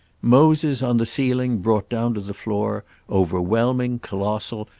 moses, on the ceiling, brought down to the floor overwhelming, colossal,